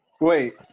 Wait